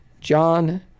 John